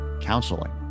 counseling